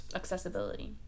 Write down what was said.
accessibility